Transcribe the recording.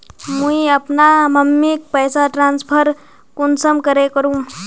मुई अपना मम्मीक पैसा ट्रांसफर कुंसम करे करूम?